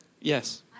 Yes